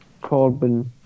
Corbin